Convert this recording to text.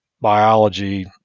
biology